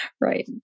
right